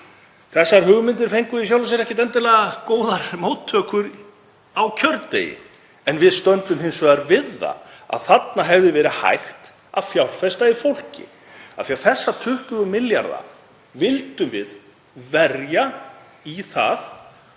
Þessar hugmyndir fengu í sjálfu sér ekkert endilega góðar móttökur á kjördegi en við stöndum hins vegar við það að þarna hefði verið hægt að fjárfesta í fólki af því að þessum 20 milljörðum vildum við verja í það